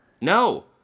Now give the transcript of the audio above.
No